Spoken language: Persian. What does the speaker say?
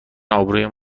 ابرویم